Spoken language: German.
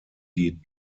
die